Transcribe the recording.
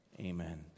Amen